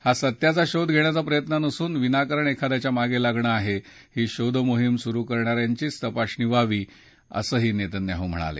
हा सत्याचा शोध घेण्याचा प्रयत्न नसून विनाकारण मागे लागणं आहे ही शोधमोहिम सुरू करणा यांचीच तपासणी व्हावी असंही नेतन्याहू म्हणाले